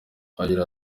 agira